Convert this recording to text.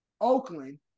Oakland